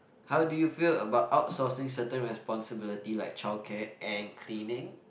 how do you feel about outsourcing certain responsibility like childcare and cleaning